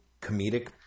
comedic